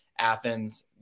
Athens